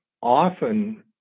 often